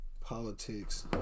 politics